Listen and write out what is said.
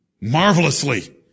marvelously